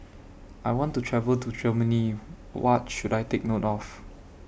I want to travel to Germany What should I Take note of